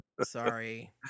Sorry